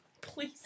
Please